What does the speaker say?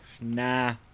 nah